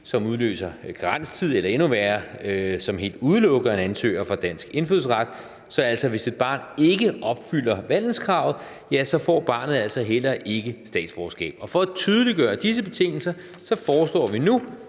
eller hvad der er endnu værre, som helt udelukker en ansøger fra dansk indfødsret. Så hvis et barn ikke opfylder vandelskravet, får barnet altså heller ikke statsborgerskab, og for at tydeliggøre disse betingelser foreslår vi nu,